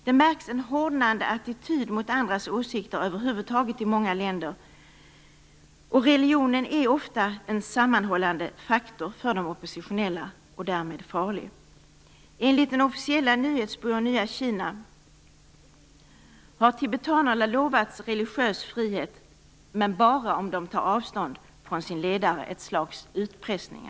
Det märks en hårdnande attityd mot andras åsikter över huvud taget i många länder, och religionen är ofta en sammanhållande faktor för de oppositionella och därmed farlig. Enligt den officiella nyhetsbyrån Nya Kina har tibetanerna lovats religionsfrihet, men bara om de tar avstånd från sin ledare. Detta är alltså ett slags utpressning.